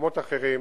ובמקומות אחרים.